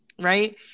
right